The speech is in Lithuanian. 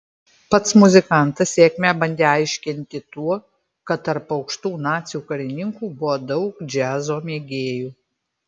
pats muzikantas sėkmę bandė aiškinti tuo kad tarp aukštų nacių karininkų buvo daug džiazo mėgėjų